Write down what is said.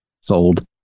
sold